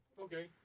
okay